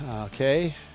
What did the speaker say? okay